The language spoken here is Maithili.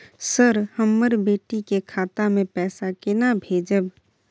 सर, हम बेटी के खाता मे पैसा केना भेजब?